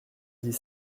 dix